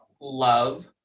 love